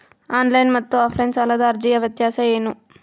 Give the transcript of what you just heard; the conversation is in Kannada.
ಆನ್ಲೈನ್ ಮತ್ತು ಆಫ್ಲೈನ್ ಸಾಲದ ಅರ್ಜಿಯ ವ್ಯತ್ಯಾಸ ಏನು?